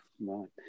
Right